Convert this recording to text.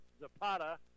Zapata